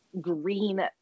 green